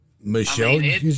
Michelle